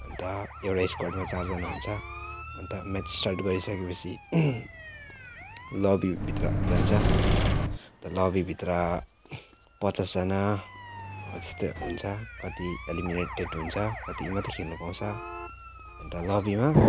अन्त एउटा स्क्वाडमा चारजना हुन्छ अन्त म्याच स्टार्ट गरिसके पछि लबी भित्र जान्छ अन्त लबी भित्र पचासजना हो त्यस्तै हुन्छ कति एलिमिनेटेड हुन्छ कति मात्रै खेल्नु पाउँछ अन्त लबीमा